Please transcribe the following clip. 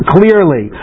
Clearly